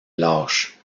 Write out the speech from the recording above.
lâche